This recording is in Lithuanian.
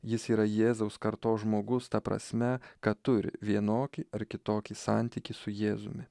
jis yra jėzaus kartos žmogus ta prasme kad turi vienokį ar kitokį santykį su jėzumi